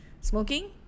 Smoking